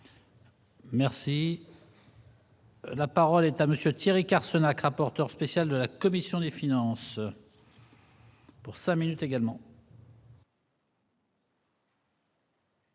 Merci. La parole est à monsieur Thierry Carcenac, rapporteur spécial de la commission des finances. Pour sa minutes également.